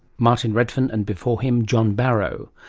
martin redfern, and before him john barrow.